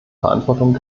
verantwortung